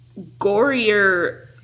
gorier